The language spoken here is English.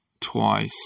twice